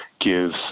gives